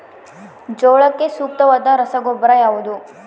ಜೋಳಕ್ಕೆ ಸೂಕ್ತವಾದ ರಸಗೊಬ್ಬರ ಯಾವುದು?